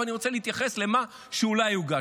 ואני רוצה להתייחס למה שאולי יוגש.